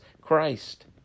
Christ